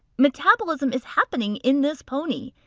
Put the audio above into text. metabolism is happening in this pony.